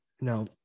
no